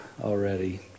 already